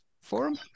Forum